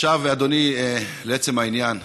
עכשיו, אדוני, לעצם העניין.